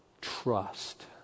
trust